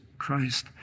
Christ